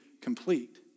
complete